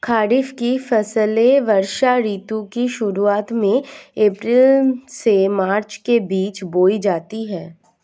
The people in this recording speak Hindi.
खरीफ की फसलें वर्षा ऋतु की शुरुआत में अप्रैल से मई के बीच बोई जाती हैं